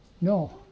No